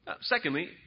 Secondly